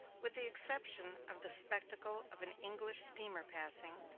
with the exception of the spectacle of an english steamer passing,